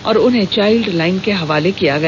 और उन्हें चाइल्डलाइन के हवाले कर दिया गया